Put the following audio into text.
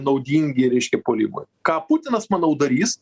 naudingi reiškia puolimui ką putinas manau darys